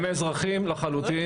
הם יכולים לפעול,